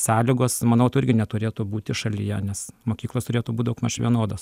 sąlygos manau to irgi neturėtų būti šalyje nes mokyklos turėtų būt daugmaž vienodos